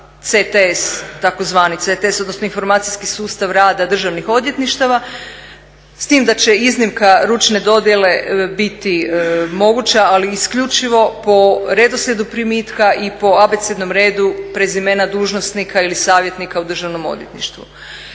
CTS, tzv. CTS odnosno informacijski sustav rada državnih odvjetništava, s tim da će iznimka ručne dodjele biti moguća, ali isključivo po redoslijedu primitka i po abecednom redu prezimena dužnosnika ili savjetnika u državnom odvjetništvu.